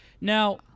Now